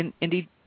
indeed